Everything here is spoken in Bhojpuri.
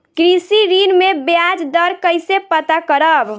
कृषि ऋण में बयाज दर कइसे पता करब?